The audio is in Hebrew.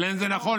אבל אין זה נכון.